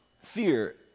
Fear